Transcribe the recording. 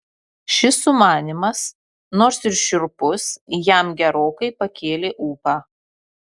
šis sumanymas nors ir šiurpus jam gerokai pakėlė ūpą